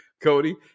Cody